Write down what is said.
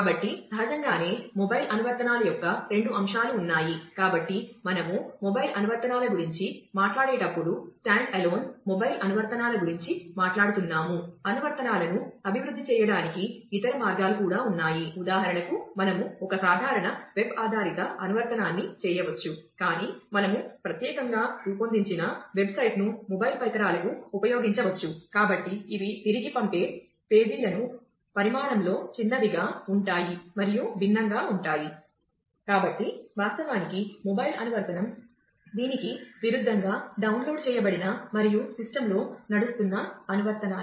కాబట్టి సహజంగానే మొబైల్ అనువర్తనం దీనికి విరుద్ధంగా డౌన్లోడ్ చేయబడిన మరియు సిస్టమ్లో నడుస్తున్న అనువర్తనాలు